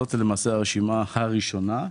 זאת הרשימה הראשונה.